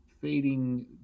fading